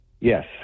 yes